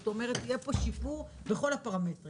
זאת אומרת יהיה פה שיפור בכל הפרמטרים,